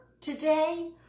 today